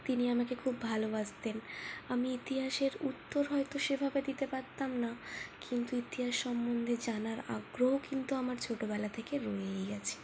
তিনি আমাকে খুব ভালোবাসতেন আমি ইতিহাসের উত্তর হয়তো সেভাবে দিতে পারতাম না কিন্তু ইতিহাস সম্বন্ধে জানার আগ্রহ কিন্তু আমার ছোটোবেলা থেকে রয়েই গেছে